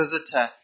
visitor